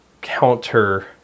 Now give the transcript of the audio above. counter